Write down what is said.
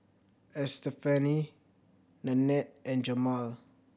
Estefany Nannette and Jamaal